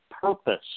purpose